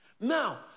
Now